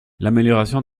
l’amélioration